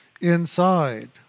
inside